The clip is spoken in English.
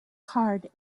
card